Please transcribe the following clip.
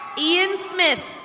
ian smith.